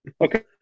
Okay